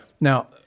Now